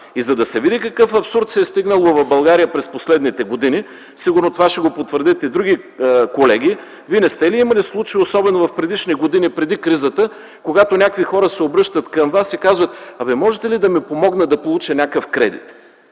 И за да се види до какъв абсурд се е стигнало в България през последните години, сигурно това ще го потвърдят и други колеги, Вие не сте ли имали случаи, особено в предишни години, преди кризата, когато някакви хора се обръщат към Вас и казват: „Абе, можете ли да ми помогнете да получа някакъв кредит”.